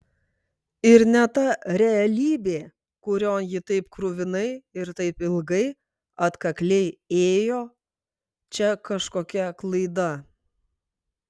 ir ne ta realybė kurion ji taip kruvinai ir taip ilgai atkakliai ėjo čia kažkokia klaida